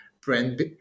brand